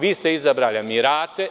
Vi ste izabrali Emirate.